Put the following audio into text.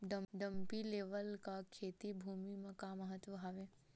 Dumpy level का खेती भुमि म का महत्व हावे?